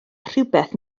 rhywbeth